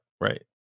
right